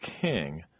king